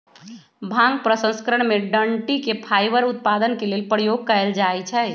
भांग प्रसंस्करण में डनटी के फाइबर उत्पादन के लेल प्रयोग कयल जाइ छइ